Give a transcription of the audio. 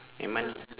nevermind ah